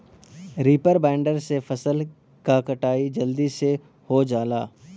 reaper binder से फसल क कटाई जलदी से हो जाला